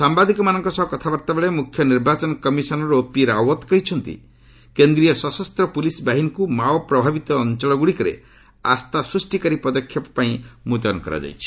ସାମ୍ବାଦିକମାନଙ୍କ ସହ କଥାବାର୍ତ୍ତାବେଳେ ମୁଖ୍ୟ ନିର୍ବାଚନ କମିଶନର ଓପି ରାୱତ୍ କହିଛନ୍ତି କେନ୍ଦ୍ରୀୟ ସଶସ୍ତ ପୁଲିସ ବାହିନୀକୁ ମାଓ ପ୍ରଭାବିତ ଅଞ୍ଚଳଗୁଡ଼ିକରେ ଆସ୍ଥା ସୃଷ୍ଟିକାରୀ ପଦକ୍ଷେପ ପାଇଁ ମ୍ବତୟନ କରାଯାଇଛି